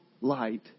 light